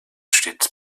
stets